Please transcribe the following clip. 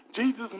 Jesus